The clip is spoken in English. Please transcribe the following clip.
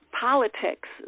politics